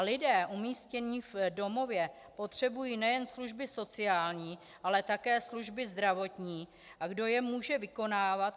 Lidé umístění v domově potřebují nejen služby sociální, ale také služby zdravotní, a kdo je může vykonávat?